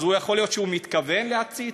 אז יכול להיות שהוא מתכוון להצית?